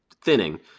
thinning